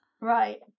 Right